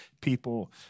people